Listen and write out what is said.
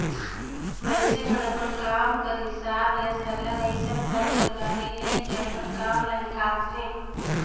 मइनसे मन अपन काम कर हिसाब ले सरलग अइसन ढंग कर गाड़ी ले के अपन काम ल हिंकालथें